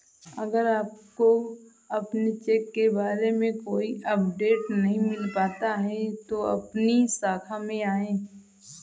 अगर आपको अपने चेक के बारे में कोई अपडेट नहीं मिल पाता है तो अपनी शाखा में आएं